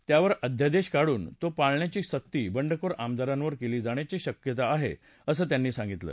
त्यावर अध्यादेश काढून तो पाळण्याची सक्ती बंडखोर आमदारांवर केली जाण्याची शक्यता आहे असं त्यांनी सांगितलं